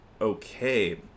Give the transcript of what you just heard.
okay